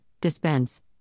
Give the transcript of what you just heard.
dispense